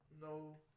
No